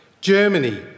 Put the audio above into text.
Germany